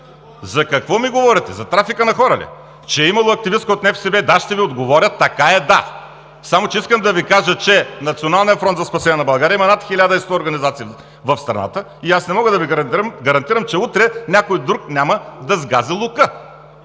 За какво ми говорите? За трафика на хора ли? Че е имало активист от НФСБ? Да, ще Ви отговоря. Така е, да! Само че искам да Ви кажа, че „Националният фронт за спасение на България“ има над 1100 организации в страната и аз не мога да Ви гарантирам, че утре някой друг няма да „сгази лука“.